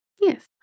Yes